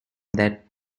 that